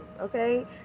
okay